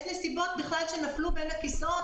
יש נסיבות שנפלו בין הכיסאות.